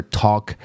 talk